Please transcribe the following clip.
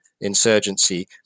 insurgency